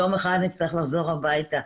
יום אחד נצטרך לחזור הביתה.